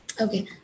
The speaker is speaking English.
okay